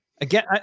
Again